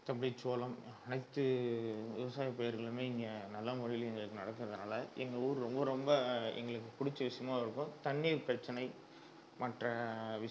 தம்பி சோளம் அனைத்து விவசாயம் பயிறுகளும் இங்கே நல்ல முறைலேயும் எங்களுக்கு நடக்கிறதுனால எங்கள் ஊர் ரொம்ப ரொம்ப எங்களுக்கு பிடிச்ச விஷயமாவும் இருக்கும் தண்ணி பிரச்சனை மற்ற